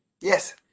Yes